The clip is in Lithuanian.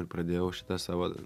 ir pradėjau šitą savo